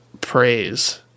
praise